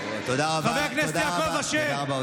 תודה רבה,